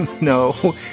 No